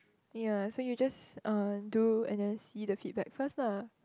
ya so you just uh do and then see the feedback first lah